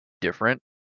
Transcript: different